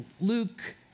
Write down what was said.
Luke